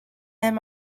him